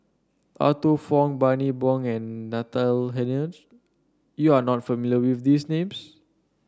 Arthur Fong Bani Buang and Natalie Hennedige you are not familiar with these names